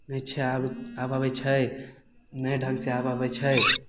नहि छै आब आब अबैत छै नहि ढङ्ग से आब अबैत छै